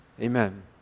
Amen